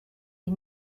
die